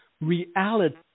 reality